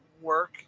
work